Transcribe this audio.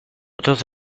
otros